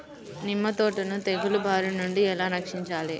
నిమ్మ తోటను తెగులు బారి నుండి ఎలా రక్షించాలి?